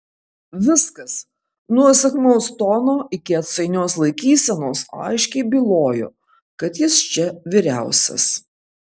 viskas nuo įsakmaus tono iki atsainios laikysenos aiškiai bylojo kad jis čia vyriausias